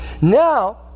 Now